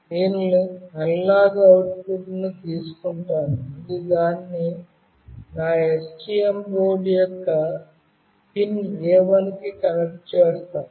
నేను అనలాగ్ అవుట్పుట్ను తీసుకుంటాను మరియు దాన్ని నా STM బోర్డు యొక్క పిన్ A1 కి కనెక్ట్ చేస్తాను